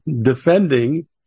defending